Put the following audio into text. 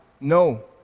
No